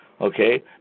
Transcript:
okay